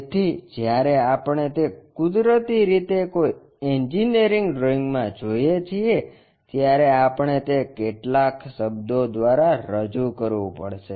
તેથી જ્યારે આપણે તે કુદરતી રીતે કોઈ એન્જિનિયરિંગ ડ્રોઇંગમાં જોઈએ છીએ ત્યારે આપણે તે કેટલાક શબ્દો દ્વારા રજૂ કરવું પડશે